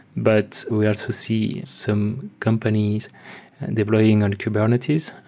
but we also see some companies developing on kubernetes,